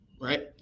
Right